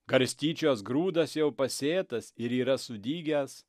garstyčios grūdas jau pasėtas ir yra sudygęs